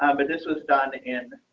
but this was done in